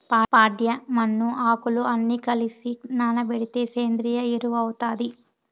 ప్యాడ, మన్ను, ఆకులు అన్ని కలసి నానబెడితే సేంద్రియ ఎరువు అవుతాది